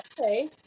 okay